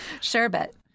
Sherbet